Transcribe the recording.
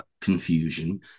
confusion